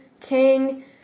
King